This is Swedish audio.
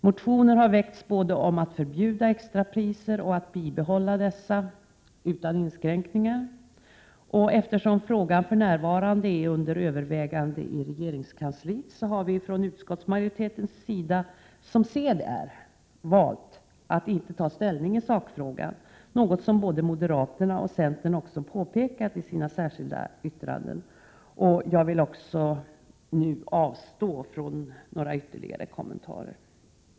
Motioner har väckts både om att förbjuda extrapriser och att bibehålla dessa utan inskränkningar. Eftersom frågan för närvarande är under övervägande i regeringskansliet har vi från utskottsmajoritetens sida, som sed är, valt att inte ta ställning i sakfrågan, något som både moderaterna och centern också påpekat i sina särskilda yttranden. Jag vill även nu avstå från några ytterligare kommentarer.